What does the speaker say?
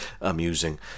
amusing